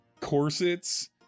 corsets